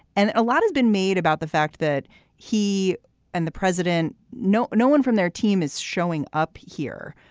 and a lot has been made about the fact that he and the president know no one from their team is showing up here.